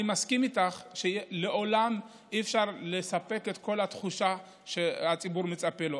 אני מסכים איתך שלעולם אי-אפשר לספק את כל התחושה שהציבור מצפה לה,